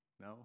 No